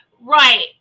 Right